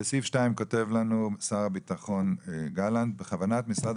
כותב לנו שר הביטחון גלנט: בכוונת משרד